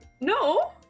no